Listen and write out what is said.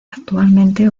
actualmente